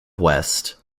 west